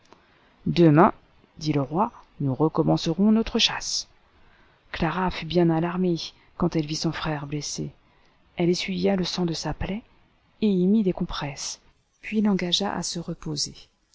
demain dit le roi nous recommencerons notre chasse clara fut bien alarmée quand elle vit son frère blessé elle essuya le sang de sa plaie et y mit des compresses puis l'engagea à se reposer